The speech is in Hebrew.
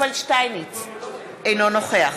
אינו נוכח